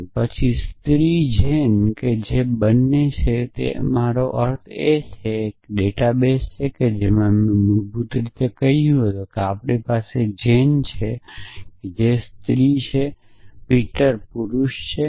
અને પછી જેન સ્ત્રી છે તેવું હોવું જોઇયે અને તેથી બંને અને તેથી મારો અર્થ એ છે કે એક ડેટા છે જે દર્શાવે છે કે આપણી પાસે જેન સ્ત્રી અને પીટર પુરુષ છે